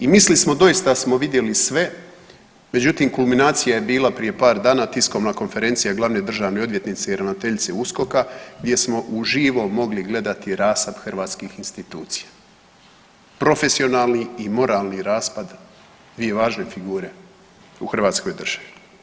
I mislili smo doista smo vidjeli sve, međutim kulminacija je bila prije par dana, tiskovna konferencija glavne državne odvjetnice i ravnateljice USKOK-a gdje smo uživo mogli gledati rasap hrvatskih institucija, profesionalni i moralni raspad dvije važne figure u hrvatskoj državi.